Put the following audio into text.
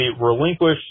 relinquish